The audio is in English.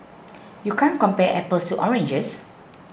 you can't compare apples to oranges